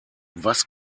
was